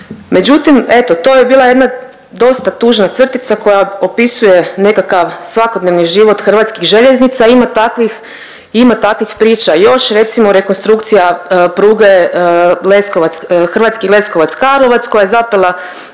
Međutim, eto, to je bila jedna dosta tužna crtica koja opisuje nekakav svakodnevni život HŽ-a, ima takvih priča još, recimo, rekonstrukcija pruge Leskovac, Hrvatski Leskovac-Karlovac koja je zapela